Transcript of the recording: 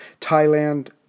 Thailand